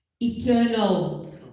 eternal